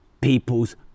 people's